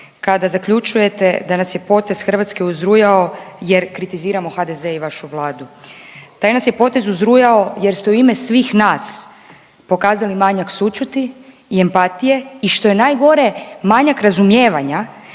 kada zaključujete da nas je potez Hrvatske uzrujao jer kritiziramo HDZ i vašu Vladu. Taj nas je potez uzrujao jer ste u ime svih nas pokazali manjak sućuti i empatije i što je najgore manjak razumijevanja